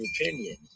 opinion